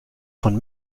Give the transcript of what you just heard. von